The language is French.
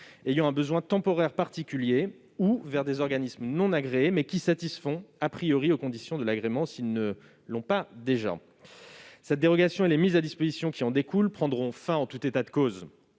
ayant un besoin temporaire particulier ou auprès d'organismes non agréés, mais qui satisfont aux conditions de l'agrément. Cette dérogation et les mises à disposition qui en découlent prendront fin, en tout état de cause,